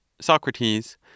Socrates